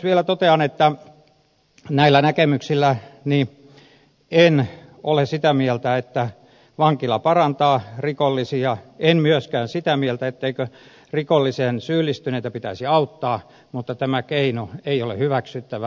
vielä totean että näillä näkemyksilläni en ole sitä mieltä että vankila parantaa rikollisia en myöskään sitä mieltä ettei rikokseen syyllistyneitä pitäisi auttaa mutta tämä keino ei ole hyväksyttävä